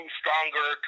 stronger